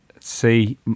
see